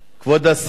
כבוד השר,